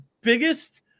biggest